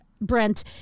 Brent